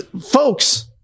Folks